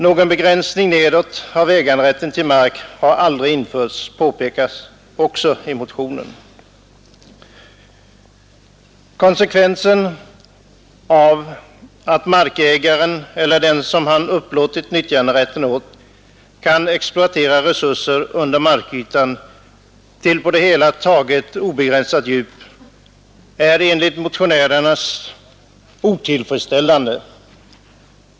Någon begränsning nedåt av äganderätten till mark har aldrig införts, påpekas också i motionen. Konsekvensen av att markägaren eller den som han upplåtit nyttjanderätten åt kan exploatera resurser under markytan till på det hela taget obegränsat djup är enligt motionärerna otillfredsställande.